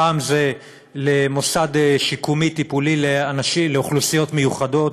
פעם זה במוסד שיקומי טיפולי לאוכלוסיות מיוחדות,